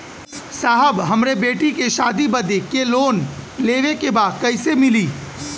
साहब हमरे बेटी के शादी बदे के लोन लेवे के बा कइसे मिलि?